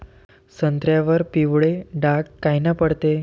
संत्र्यावर पिवळे डाग कायनं पडते?